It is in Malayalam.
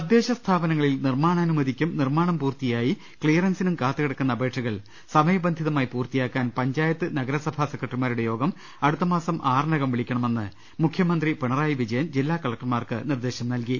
തദ്ദേശ സ്ഥാപനങ്ങളിൽ നിർമാണാനുമതിക്കും നിർമ്മാണം പൂർത്തിയായി ക്സിയറൻസിനും കാത്ത് കിടക്കുന്ന അപേക്ഷകൾ സമയബന്ധിതമായി പൂർത്തിയാക്കാൻ പഞ്ചായത്ത് നഗരസഭാ സെക്രട്ടറിമാരുടെ യോഗം അടുത്ത മാസം ആറിനകം വിളിക്കണ മെന്ന് മുഖ്യമന്ത്രി പിണറായി വിജയൻ ജില്ലാ കലക്ടർമാർക്ക് നിർദേശം നൽകി